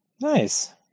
nice